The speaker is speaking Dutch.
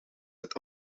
het